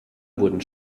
wurden